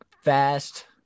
fast